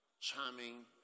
charming